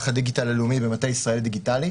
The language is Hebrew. הדיגיטל הלאומי במטה ישראל דיגיטלית